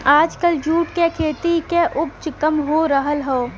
आजकल जूट क खेती क उपज काम हो रहल हौ